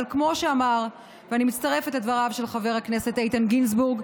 אבל כמו שאמר חבר הכנסת איתן גינזבורג,